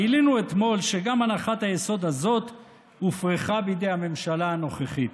גילינו אתמול שגם הנחת היסוד הזאת הופרכה בידי הממשלה הנוכחית.